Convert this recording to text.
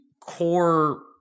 core